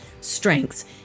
strengths